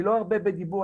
אני לא ארבה בדיבור,